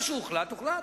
מה שהוחלט, הוחלט.